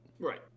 Right